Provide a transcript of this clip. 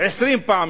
20 פעמים,